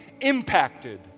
impacted